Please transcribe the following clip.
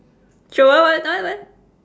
show what what what what